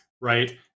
right